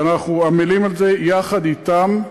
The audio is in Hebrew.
ואנחנו עמלים על זה יחד אתם,